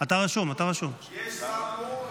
יש שר פה?